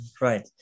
Right